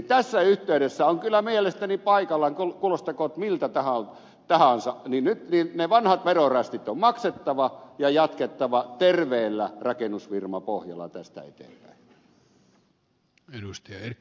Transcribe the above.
tässä yhteydessä on kyllä mielestäni paikallaan kuulostakoon miltä tahansa vaatia että nyt ne vanhat verorästit on maksettava ja jatkettava terveellä rakennusfirmapohjalla tästä eteenpäin